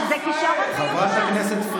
מה אתה עשית בשביל המדינה?